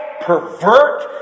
pervert